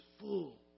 full